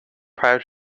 prior